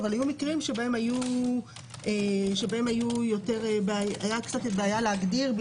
אבל היו מקרים שבהם היתה בעיה להגדיר כי